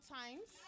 times